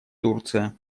турция